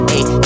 Ayy